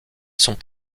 sont